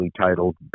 titled